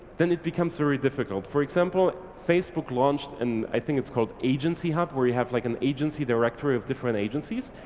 then it becomes very difficult. for example facebook launched and i think it's called agency hunt, where you have like an agency directory of different agencies,